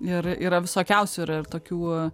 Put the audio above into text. ir yra visokiausių yra ir tokių